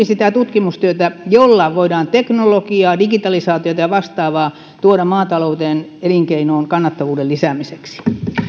sitä tutkimustyötä jolla teknologiaa digitalisaatiota ja vastaavaa voidaan tuoda maatalouden elinkeinoon kannattavuuden lisäämiseksi arvoisa